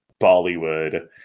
Bollywood